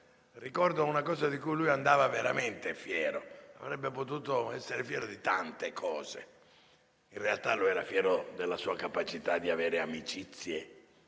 ricordo una cosa di cui andava veramente fiero ed avrebbe potuto essere fiero di tante cose. In realtà, era fiero della sua capacità di avere amicizie